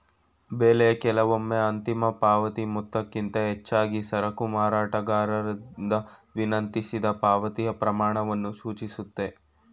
ಬೆಲೆ ಕೆಲವೊಮ್ಮೆ ಅಂತಿಮ ಪಾವತಿ ಮೊತ್ತಕ್ಕಿಂತ ಹೆಚ್ಚಾಗಿ ಸರಕು ಮಾರಾಟಗಾರರಿಂದ ವಿನಂತಿಸಿದ ಪಾವತಿಯ ಪ್ರಮಾಣವನ್ನು ಸೂಚಿಸುತ್ತೆ